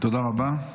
תודה רבה.